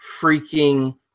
freaking